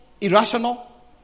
irrational